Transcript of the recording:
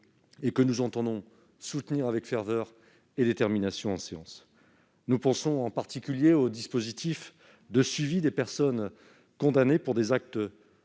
et que nous entendons soutenir avec ferveur et détermination en séance. C'est, en particulier, le cas du dispositif de suivi des personnes condamnées pour des actes